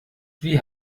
wie